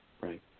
Right